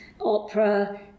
opera